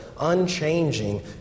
unchanging